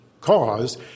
cause